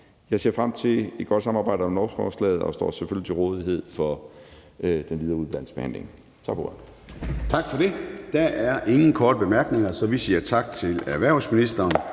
Jeg ser frem til et godt samarbejde om lovforslaget og står selvfølgelig til rådighed for den videre udvalgsbehandling. Tak for ordet. Kl. 10:42 Formanden (Søren Gade): Tak for det. Der er ingen korte bemærkninger, så vi siger tak til erhvervsministeren.